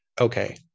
okay